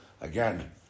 again